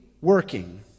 working